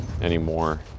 anymore